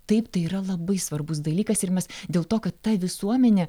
taip tai yra labai svarbus dalykas ir mes dėl to kad ta visuomenė